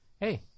hey